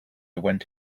went